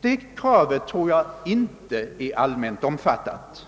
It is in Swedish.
Det kravet tror jag inte är allmänt omfattat.